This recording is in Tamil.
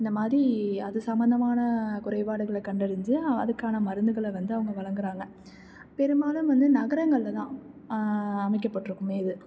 இந்த மாதிரி அது சம்பந்தமான குறைபாடுகளை கண்டறிஞ்சு அதுக்கான மருந்துகளை வந்து அவங்க வழங்குகிறாங்க பெரும்பாலும் வந்து நகரங்களில் தான் அமைக்கப்பட்டிருக்குமே இது